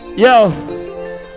Yo